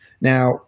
Now